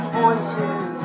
voices